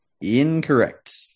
Incorrect